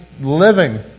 living